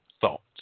thoughts